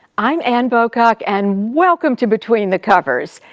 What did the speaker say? i'm ann bocock and welcome to between the covers.